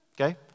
Okay